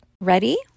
Ready